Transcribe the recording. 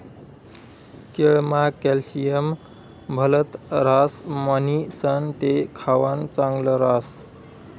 केळमा कॅल्शियम भलत ह्रास म्हणीसण ते खावानं चांगल ह्रास